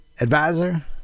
advisor